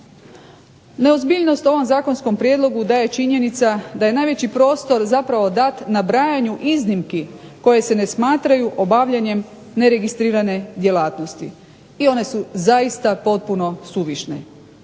Neozbiljnost ovom zakonskom prijedlogu daje činjenica da je najveći prostor zapravo dat nabrajanju iznimki koje se ne smatraju obavljanjem neregistrirane djelatnosti. I one su zaista potpuno suvišne.